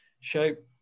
shape